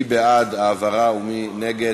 מי בעד ההעברה ומי נגד?